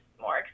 more